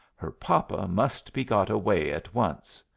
her papa must be got away at once.